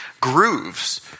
Grooves